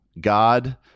God